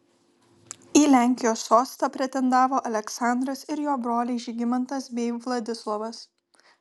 į lenkijos sostą pretendavo aleksandras ir jo broliai žygimantas bei vladislovas